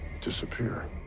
disappear